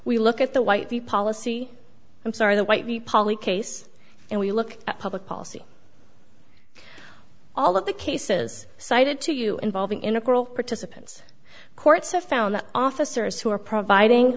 we look at the white the policy i'm sorry the white the poly case and we look at public policy all of the cases cited to you involving integral participants courts have found that officers who are providing